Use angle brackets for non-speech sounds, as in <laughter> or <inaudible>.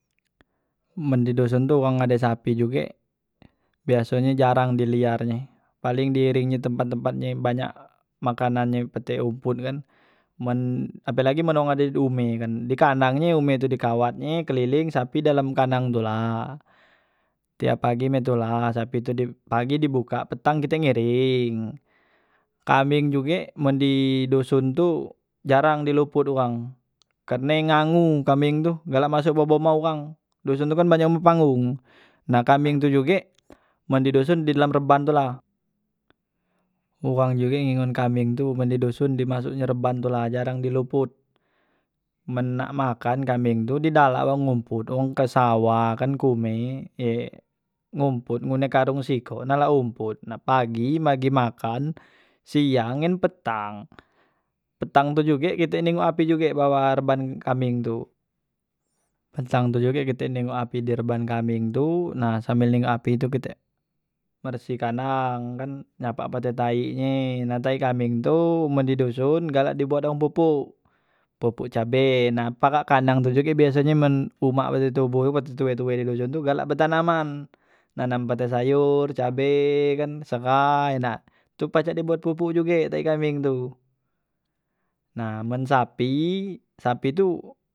Men di doson tu wang ade sapi juge biasonye jarang di liar nye paling di iring nye tempat- tempat yang banyak makanan nye petik hompot tu kan men apelagi men wong ade di humehe kan di kendang nye di kawat nye keliling sapi dalam kandang tu la, tiap pagi mak itu la sapi tu pagi di buka petang kite ngiring, kambing juge men di doson tu jarang di luput uwang karne ngangu kambing tu galak masok bawah humah- humah wang dusun tu kan banyak humah panggung, nah kambing tu juge men di dusun di dalam reban tu la, uwang juge ngengon kambing tu men di dusun di masuknyo reban tula jarang di luput men nak makan kambing tu di dak galak wong rompot wong ke sawah kan humeh ye ngompot ngunde karung sikok nak la hompot, na pagi bagi makan siang ngan petang, petang tu juge kite ningok api juge bawa reban kambing tu nah petang tu juge kite ningok api di reban kambing tu nah sambel ningok api kite bersih kandang kan nyapak pa tai nye nah tai kambing tu men di dusun galak dibuat wang pupuk, pupuk cabe nah parak kendang tu juge biasanye men umak bak te <unintelligible> toboh tu be te tue- tue di doson tu galak betanaman nanam pete sayur, cabe kan, serai nah tu pacak di buat pupuk juge tai kambing tu, nah men sapi, sapi tu.